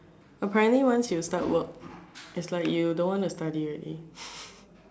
apparently once you start work is like you don't wanna study already